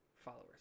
followers